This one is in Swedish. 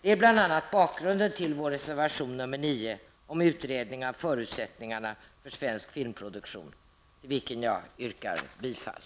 Det är bl.a. bakgrunden till vår reservation nr 9, om utredning av förutsättningarna av svensk filmproduktion, till vilken jag yrkar bifall.